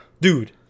Dude